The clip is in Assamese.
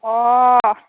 অঁ